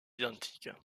identiques